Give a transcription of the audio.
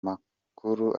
makuru